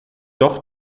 doch